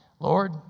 Lord